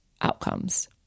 outcomes